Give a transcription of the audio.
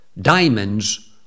diamonds